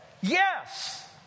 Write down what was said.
yes